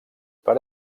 per